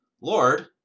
Lord